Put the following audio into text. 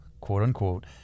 quote-unquote